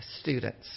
students